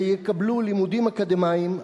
ויקבלו לימודים אקדמיים,